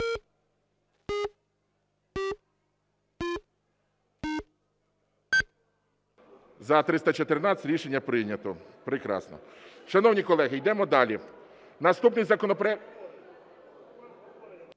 За-314 Рішення прийнято. Прекрасно. Шановні колеги, йдемо далі. Наступний законопроект…